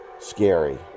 scary